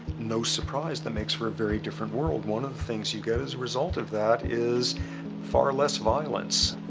no surprise, that makes for a very different world. one of the things you get as a result of that is far less violence.